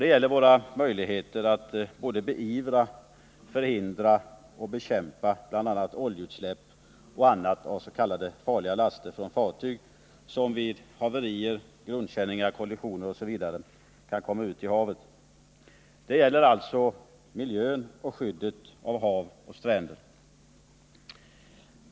Det gäller våra möjligheter att beivra, förhindra och bekämpa oljeutsläpp och andra utsläpp i havet av s.k. farliga laster från fartyg vid haverier, grundkänningar osv. Vi måste alltså värna om miljön och skydda våra hav och stränder.